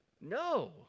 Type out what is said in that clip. No